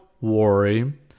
worry